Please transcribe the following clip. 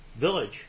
village